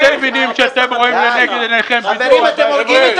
אתם מבינים שאתם רואים לנגד עיניכם --- אתם הורגים את